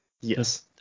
Yes